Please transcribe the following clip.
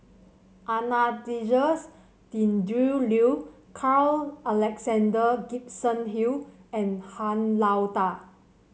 Anastasia's Tjendri Liew Carl Alexander Gibson Hill and Han Lao Da